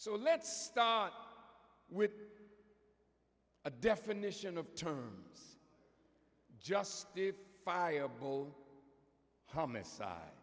so let's start with a definition of terms just the fireball homicide